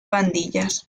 pandillas